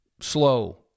slow